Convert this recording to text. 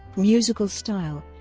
musical style